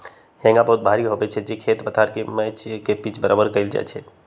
हेंगा बहुते भारी होइ छइ जे खेत पथार मैच के पिच बरोबर कएल जाइ छइ